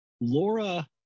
Laura